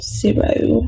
zero